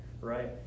right